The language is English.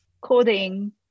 coding